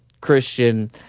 Christian